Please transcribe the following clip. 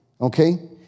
okay